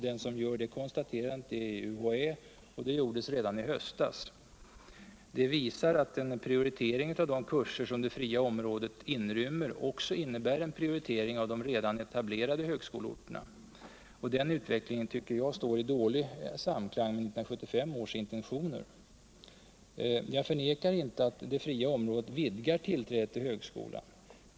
Den som gör det konstaterandet är UHÄ, och det gjordes redan i höstas. Det visar att en prioritering av de kurser som det fria området inrymmer också innebär en prioritering uv de redan etablerade högskoleorterna. Den utvecklingen tycker jag står i dålig samklang med 1975 års intentioner. Jag förnekar inte att det fria området vidgar tillträdet till högskolan.